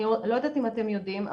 אני לא יודעת אם אתם יודעים,